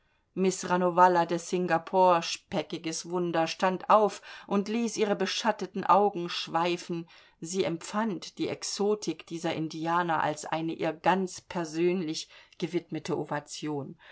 miß ranovalla de singapore speckiges wunder stand auf und ließ ihre beschatteten augen schweifen sie empfand die exotik dieser indianer als eine ihr ganz persönlich gewidmete ovation